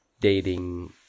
dating